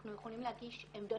אנחנו יכולים להגיש עמדות,